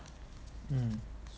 mm